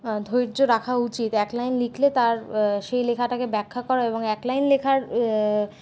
ধৈর্য্য রাখা উচিৎ এক লাইন লিখলে তার সেই লেখাটাকে ব্যাখ্যা করা এবং এক লাইন লেখার